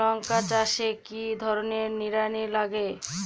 লঙ্কা চাষে কি ধরনের নিড়ানি লাগে?